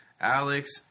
Alex